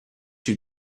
you